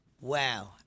Wow